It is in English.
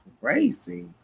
crazy